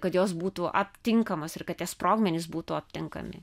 kad jos būtų aptinkamos ir kad tie sprogmenys būtų aptinkami